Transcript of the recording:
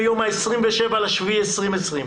מיום ה-27 ביולי 2020,